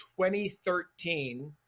2013